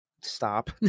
stop